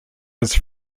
his